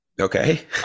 Okay